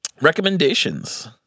Recommendations